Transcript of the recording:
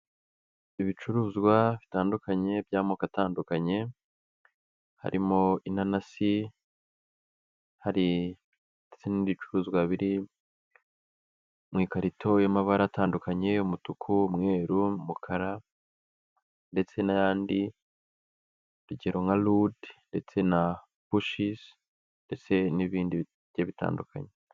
Ibicuruzwa bitandukanye by'amoko atandukanye, harimo inanasi, hari ndetse n'ibicuruzwa biri mu ikarito y'amabara atandukanye umutuku, umweru n'umukara ndetse n'ayandi urugero nka lude ndetse na pushizi ndetse n'ibindi bigiye bitandukanye.